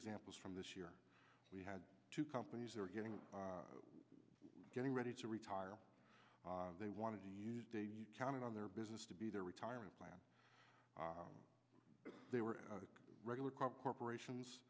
examples from this year we had two companies are getting getting ready to retire they want to use data you can get on their business to be their retirement plan they were regular corporations